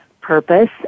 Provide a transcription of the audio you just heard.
purpose